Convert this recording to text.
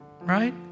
right